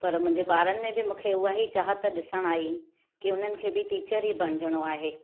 पर मुंहिंजे बा॒रनि में बि मुूंखे उहा ई चाहत डि॒सणु आई की उन्हनि खे बि टीचर ई बणुजणो आहे